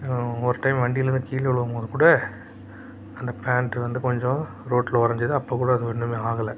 ஒரு டைம் வண்டிலேருந்து கீழே உழுவும் போது கூட அந்த பேண்ட்டு வந்து கொஞ்சம் ரோட்டில் உரஞ்சிது அப்போக்கூட அது ஒன்றுமே ஆகலை